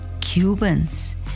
Cubans